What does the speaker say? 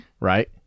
Right